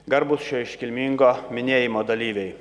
garbūs šio iškilmingo minėjimo dalyviai